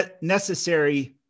necessary